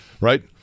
right